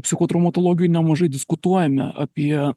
psichotraumatologijoj nemažai diskutuojame apie